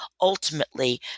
ultimately